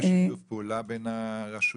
יש שיתוף פעולה בין הרשויות?